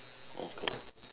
okay